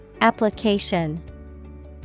Application